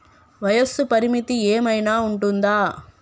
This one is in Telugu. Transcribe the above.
వయస్సు పరిమితి ఏమైనా ఉంటుందా?